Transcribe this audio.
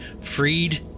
Freed